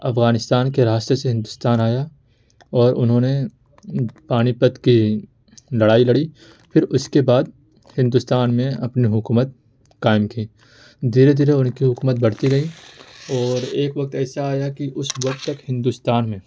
افغانستان کے راستے سے ہندوستان آیا اور انہوں نے پانی پت کی لڑائی لڑی پھر اس کے بعد ہندوستان میں اپنی حکومت قائم کی دھیرے دھیرے ان کی حکومت بڑھتی گئی اور ایک وقت ایسا آیا کہ اس وقت تک ہندوستان میں